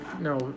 no